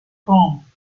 home